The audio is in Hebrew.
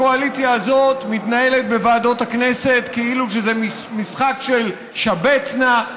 הקואליציה הזאת מתנהלת בוועדות הכנסת כאילו זה משחק של שבץ-נא,